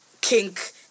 kink